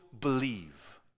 believe